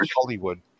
Hollywood